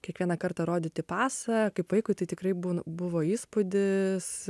kiekvieną kartą rodyti pasą kaip vaikui tai tikrai būn buvo įspūdis